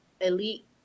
elite